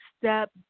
step